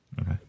Okay